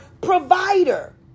provider